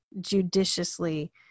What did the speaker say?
judiciously